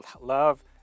love